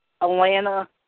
Atlanta